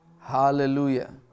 Hallelujah